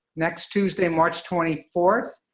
next tuesday, march twenty fourth,